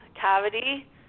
cavity